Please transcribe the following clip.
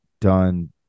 done